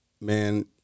man